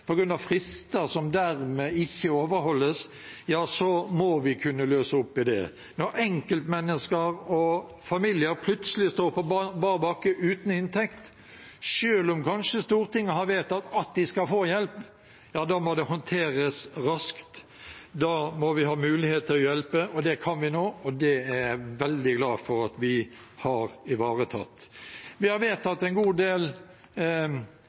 at frister dermed ikke overholdes – må vi kunne løse opp i det. Når enkeltmennesker og familier plutselig står på bar bakke uten inntekt, selv om Stortinget kanskje har vedtatt at de skal få hjelp, må det håndteres raskt, da må vi ha mulighet til å hjelpe. Det kan vi nå, og det er jeg veldig glad for at vi har ivaretatt. Vi har vedtatt en god del